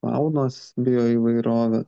faunos bioįvairovę